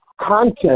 content